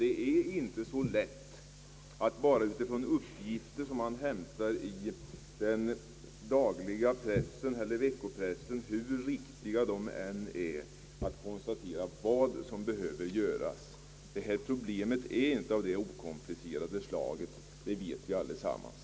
Det är inte så lätt att bara från uppgifter som man hämtar i dagspressen eller veckopressen — hur riktiga de än må vara — konstatera vad som behöver göras. Att porblemet inte är av det okomplicerade slaget vet vi allesammans.